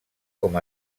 com